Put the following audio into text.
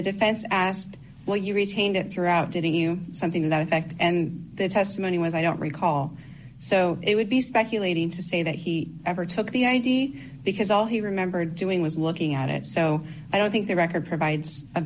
the defense asked well you retained it throughout didn't you something to that effect and the testimony was i don't recall so it would be speculating to say that he ever took the id because all he remembered doing was looking at it so i don't think the record provides a